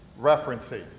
referencing